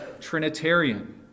Trinitarian